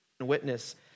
witness